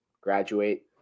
graduate